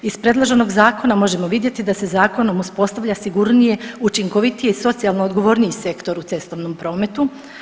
Iz predloženog zakona možemo vidjeti da se zakonom uspostavlja sigurnije, učinkovitije i socijalno odgovorniji sektor u cestovnom prometu.